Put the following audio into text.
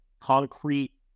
concrete